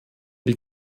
die